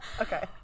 Okay